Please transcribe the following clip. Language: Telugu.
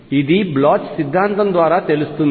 ఇది బ్లోచ్ సిద్ధాంతం ద్వారా తెలుస్తుంది